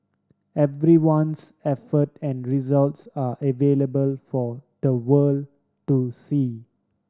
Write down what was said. everyone's effort and results are available for the world to see